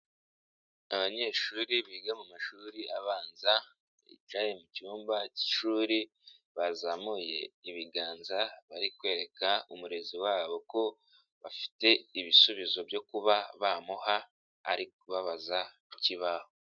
Abanyeshuri biga mu mashuri abanza bicaye mu cyumba k'ishuri bazamuye ibiganza bari kwereka umurezi wabo ko bafite ibisubizo byo kuba bamuha ari kubabaza ku kibaho.